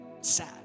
Sad